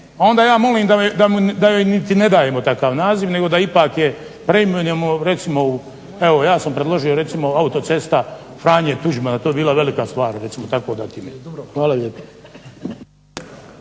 onda je molim da joj niti ne dajemo takav naziv nego da ipak je preimenujemo recimo u, evo ja sam predložio recimo autocesta Franje Tuđmana, to bi bila velika stvar recimo tako dati ime. Hvala lijepa.